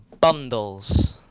bundles